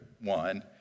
one